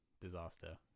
disaster